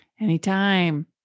Anytime